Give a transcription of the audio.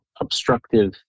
obstructive